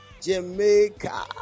jamaica